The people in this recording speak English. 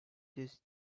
this